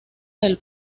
del